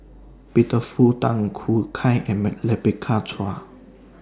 Peter Fu Tan Choo Kai and Chua